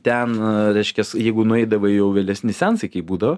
ten reiškias jeigu nueidavai jau vėlesni seansai kai būdavo